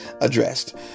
addressed